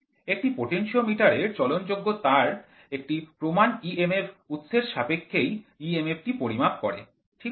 একটি পোটেনশিওমিটার এর চলন যোগ্য তার একটি প্রমাণ emf উৎসের সাপেক্ষে ই emf টি পরিমাপ করে ঠিক আছে